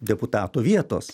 deputato vietos